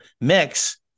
mix